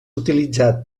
utilitzat